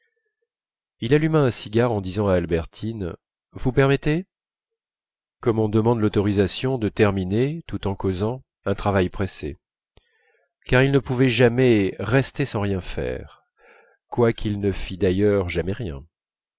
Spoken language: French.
il alluma un cigare en disant à albertine vous permettez comme on demande l'autorisation de terminer tout en causant un travail pressé car il ne pouvait jamais rester sans rien faire quoique il ne fît d'ailleurs jamais rien